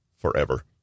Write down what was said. forever